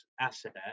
asset